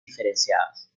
diferenciadas